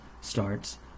starts